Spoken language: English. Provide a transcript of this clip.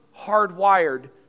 hardwired